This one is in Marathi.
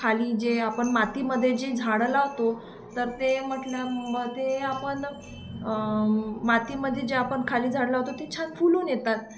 खाली जे आपण मातीमध्ये जे झाडं लावतो तर ते म्हटल्या मग ते आपण मातीमध्ये जे आपण खाली झाडं लावतो ते छान फुलून येतात